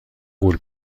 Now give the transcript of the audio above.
غول